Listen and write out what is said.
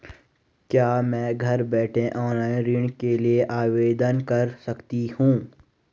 क्या मैं घर बैठे ऑनलाइन ऋण के लिए आवेदन कर सकती हूँ?